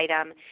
item